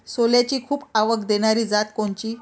सोल्याची खूप आवक देनारी जात कोनची?